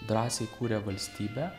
drąsiai kūrė valstybę